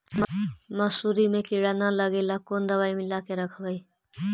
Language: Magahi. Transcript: मसुरी मे किड़ा न लगे ल कोन दवाई मिला के रखबई?